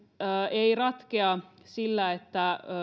ei ratkea sillä että